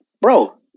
Bro